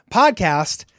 podcast